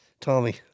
Tommy